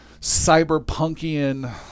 cyberpunkian